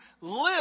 live